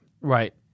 Right